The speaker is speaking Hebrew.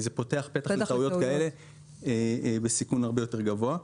זה פותח פתח לטעויות כאלה וסיכון הרבה יותר גבוה.